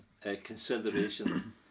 consideration